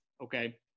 okay